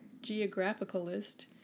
geographicalist